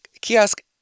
kiosk